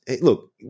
look